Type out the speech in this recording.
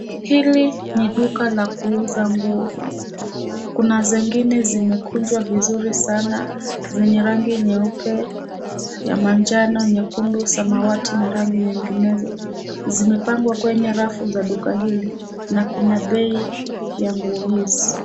Hili ni duka la kuuza nguo. Kuna zingine ziekunjwa vizuri sana zenye rangi nyeupe, ya manjano, nyekundu, samawati na rangi nyinginezo, zimepangwa kwenye rafu za duka hili na kuna bei ya nguo hizi.